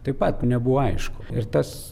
taip pat nebuvo aišku ir tas